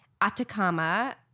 Atacama